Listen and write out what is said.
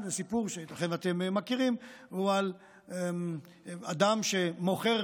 זה סיפור שייתכן שאתם מכירים, על אדם שמוכר